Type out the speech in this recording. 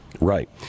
Right